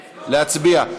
להצביע.